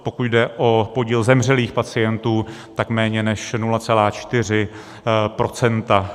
Pokud jde o podíl zemřelých pacientů, tak méně než 0,4 %.